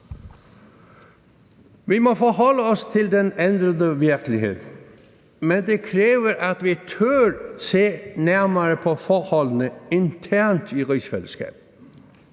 Vi må forholde os til den ændrede virkelighed. Men det kræver, at vi også tør se nærmere på forholdene internt i rigsfællesskabet.